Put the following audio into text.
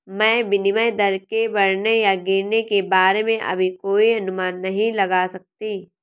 मैं विनिमय दर के बढ़ने या गिरने के बारे में अभी कोई अनुमान नहीं लगा सकती